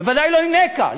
בוודאי לא עם נקע.